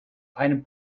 einen